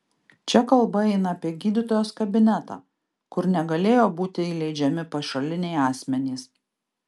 čia kalba eina apie gydytojos kabinetą kur negalėjo būti įleidžiami pašaliniai asmenys